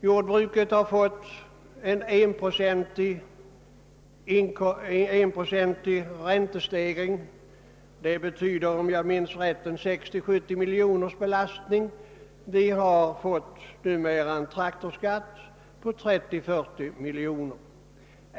Jordbruket har fått en 1-procentig räntestegring. Den betyder, om jag minns rätt, 60—70 miljoner kronors belastning. Vi har nu också fått en traktorskatt på 30—40 miljoner.